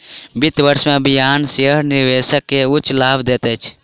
वित्त वर्ष में अधिमानी शेयर निवेशक के उच्च लाभ दैत अछि